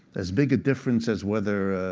as big a difference as whether